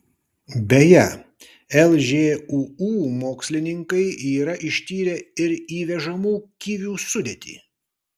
beje lžūu mokslininkai yra ištyrę ir įvežamų kivių sudėtį